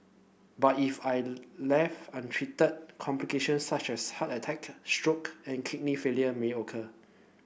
but if I left untreated complications such as heart attack stroke and kidney failure may occur